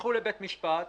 תלכו לבית משפט ותסתדרו."